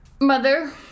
Mother